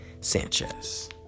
Sanchez